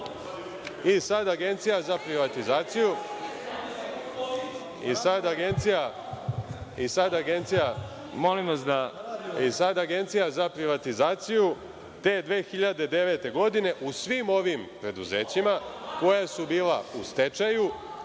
Agencija za privatizaciju, te 2009. godine u svim ovim preduzećima koja su bila u stečaju